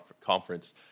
conference